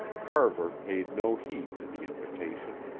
carver paid no heed to the invitation.